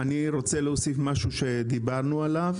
אני רוצה להוסיף משהו שדיברנו עליו